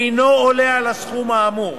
אינו עולה על הסכום האמור.